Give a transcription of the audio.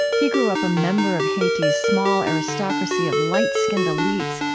he grew up a member of haiti's small aristocracy of light-skinned elites,